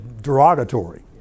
derogatory